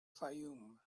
fayoum